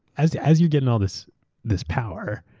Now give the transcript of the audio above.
as as you're getting all this this power,